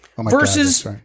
Versus